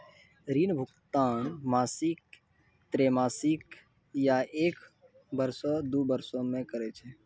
ऋण भुगतान मासिक, त्रैमासिक, या एक बरसो, दु बरसो मे करै छै